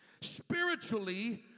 Spiritually